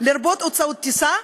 לרבות הוצאות טיסה,